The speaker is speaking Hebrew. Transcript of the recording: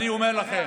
אדוני,